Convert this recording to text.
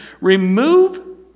remove